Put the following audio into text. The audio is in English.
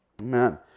Amen